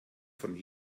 von